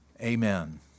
Amen